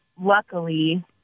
luckily